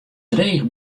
dreech